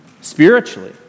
spiritually